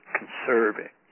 conserving